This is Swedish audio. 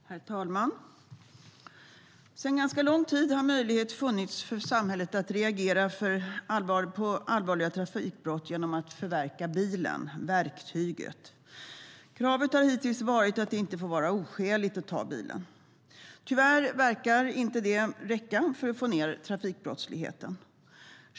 Herr talman! Sedan ganska lång tid har möjlighet funnits för samhället att reagera på allvarliga trafikbrott genom att förverka bilen, verktyget. Kravet har hittills varit att det inte får vara oskäligt att ta bilen. Tyvärr verkar inte det räcka för att få ned trafikbrottsligheten.